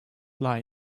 lie